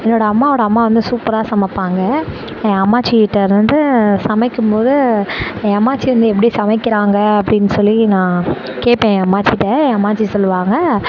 என்னோட அம்மாவோட அம்மா வந்து சூப்பராக சமைப்பாங்க என் அம்மாச்சிக்கிட்டேருந்து சமைக்கும்போது என் அம்மாச்சி வந்து எப்படி சமைக்கிறாங்க அப்படின்னு சொல்லி நான் கேட்பேன் என் அம்மாச்சிக்கிட்டே என் அம்மாச்சி சொல்லுவாங்க